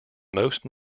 most